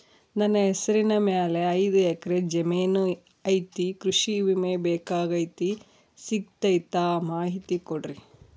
ನನ್ನ ಹೆಸರ ಮ್ಯಾಲೆ ಐದು ಎಕರೆ ಜಮೇನು ಐತಿ ಕೃಷಿ ವಿಮೆ ಬೇಕಾಗೈತಿ ಸಿಗ್ತೈತಾ ಮಾಹಿತಿ ಕೊಡ್ರಿ?